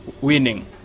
winning